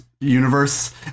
universe